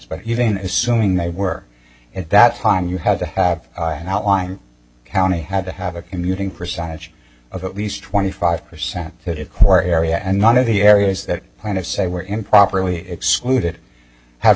but even assuming they were at that time you have to have an outline county had to have a commuting percentage of at least twenty five percent that it quare area and none of the areas that kind of say were improperly excluded have